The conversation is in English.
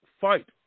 fight